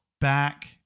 back